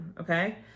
Okay